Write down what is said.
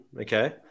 okay